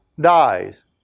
dies